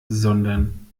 sondern